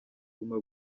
guma